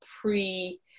pre